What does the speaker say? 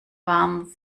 waren